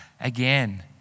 again